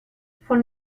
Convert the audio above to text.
von